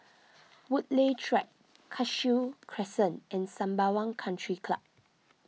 Woodleigh Track Cashew Crescent and Sembawang Country Club